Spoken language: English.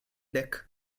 deck